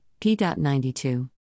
p.92